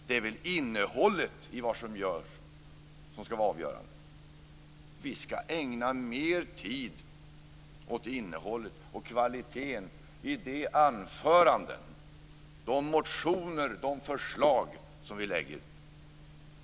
Det är väl innehållet i vad som görs som skall vara avgörande. Vi skall ägna mer tid åt innehållet och kvaliteten i de anföranden som vi håller och i de motioner och de förslag som vi lägger.